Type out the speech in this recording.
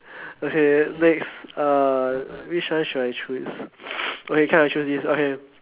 okay next uh which one should I choose okay come I choose this okay